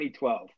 2012